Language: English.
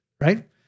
right